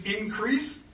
increase